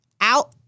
out